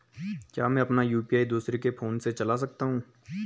क्या मैं अपना यु.पी.आई दूसरे के फोन से चला सकता हूँ?